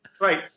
Right